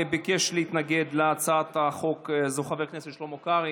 ביקש להתנגד להצעת החוק הזו חבר הכנסת שלמה קרעי.